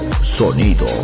sonido